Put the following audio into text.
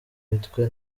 mitwe